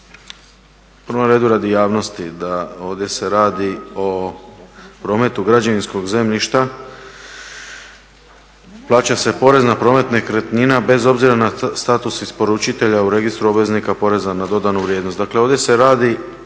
prvom redu radi javnosti, da ovdje se radi o prometu građevinskog zemljišta, plaća se porez na promet nekretnina bez obzira na status isporučitelja u Registru obveznika poreza na dodanu vrijednost.